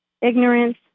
ignorance